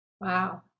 Wow